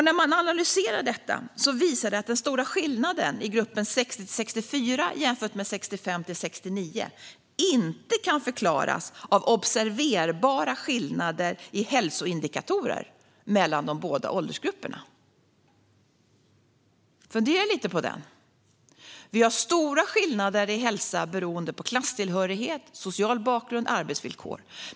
När man analyserar detta visar det sig att den stora skillnaden mellan grupperna 60-64 och 65-69 inte kan förklaras av observerbara skillnader i hälsoindikatorer mellan de båda åldersgrupperna. Fundera lite på det! Vi har stora skillnader i hälsa beroende på klasstillhörighet, social bakgrund och arbetsvillkor.